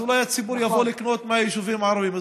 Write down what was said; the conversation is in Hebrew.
אז אולי הציבור יבוא לקנות ביישובים הערבים,